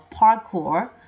parkour